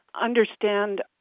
understand